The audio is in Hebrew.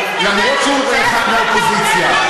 למרות שהוא בכלל מהאופוזיציה.